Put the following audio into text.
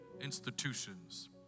institutions